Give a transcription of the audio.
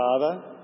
father